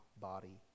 body